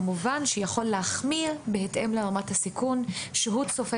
כמובן שיכול להחמיר בהתאם לרמת הסיכון שהוא צופה